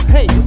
Hey